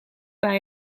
bij